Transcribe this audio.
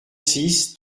six